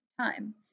time